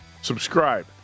subscribe